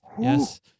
Yes